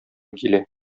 килә